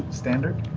standard?